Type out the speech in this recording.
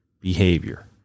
behavior